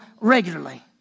regularly